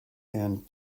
and